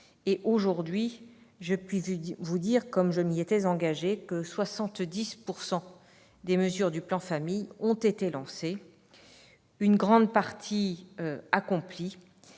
Aujourd'hui, je puis vous dire, comme je m'y étais engagée, que 70 % des mesures du plan ont été lancées, une grande partie a même